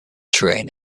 terrain